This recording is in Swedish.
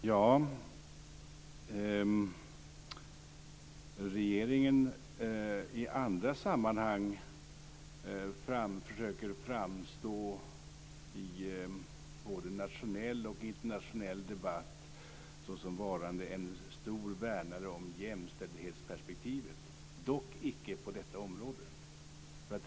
Herr talman! Regeringen försöker i andra sammanhang, i både nationell och internationell debatt, framstå såsom varande en stor värnare av jämställdhetsperspektivet, dock icke på detta område.